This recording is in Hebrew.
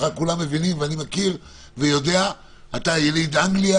אתה יליד אנגליה,